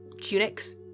tunics